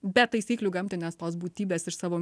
be taisyklių gamtinės tos būtybės iš savo